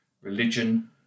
religion